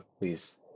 please